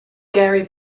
gary